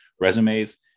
resumes